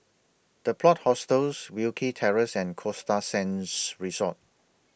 The Plot Hostels Wilkie Terrace and Costa Sands Resort